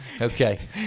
Okay